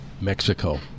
Mexico